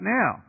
now